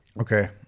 Okay